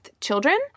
children